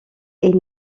elle